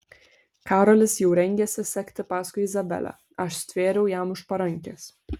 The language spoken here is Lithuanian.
karolis jau rengėsi sekti paskui izabelę aš stvėriau jam už parankės